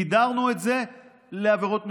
גידרנו את זה לעבירות מסוימות.